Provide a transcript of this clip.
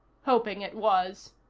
hoping it was.